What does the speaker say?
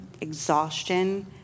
exhaustion